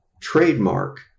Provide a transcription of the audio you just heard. trademark